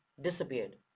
disappeared